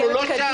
אנחנו לא שם.